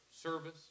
service